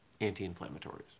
anti-inflammatories